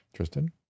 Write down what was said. Tristan